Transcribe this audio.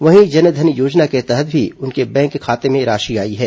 वहीं जन धन योजना के तहत भी उनके बैंक खाते में राशि आई है